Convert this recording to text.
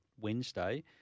Wednesday